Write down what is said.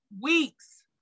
weeks